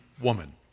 woman